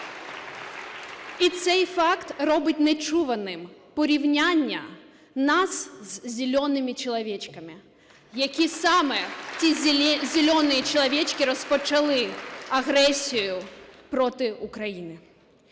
І цей факт робить нечуваним порівняння нас з "зелеными человечиками", які саме ті "зеленые человечики" розпочали агресію проти України.